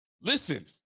Listen